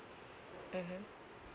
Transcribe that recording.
mmhmm